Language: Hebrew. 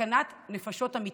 סכנת נפשות אמיתית.